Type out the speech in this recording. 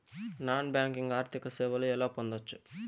Non banking ఆర్థిక సేవలు ఎలా పొందొచ్చు?